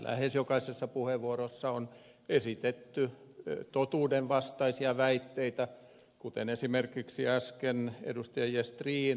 lähes jokaisessa puheenvuorossa on esitetty totuudenvastaisia väitteitä kuten esimerkiksi äsken ed